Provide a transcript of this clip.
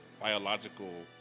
biological